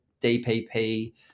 DPP